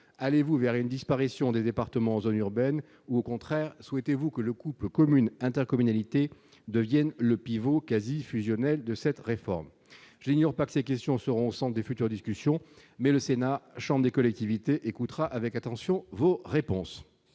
allez vous verrez une disparition des départements en zone urbaine ou, au contraire, souhaitez-vous que le couple communes, intercommunalité devienne le pivot quasi fusionnel de cette réforme pas ces questions seront au centre des futures discussions mais le Sénat chambre des collectivités écoutera avec attention vos réponses.